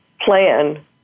plan